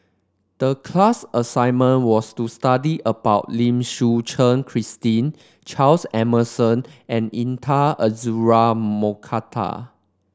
the class assignment was to study about Lim Suchen Christine Charles Emmerson and Intan Azura Mokhtar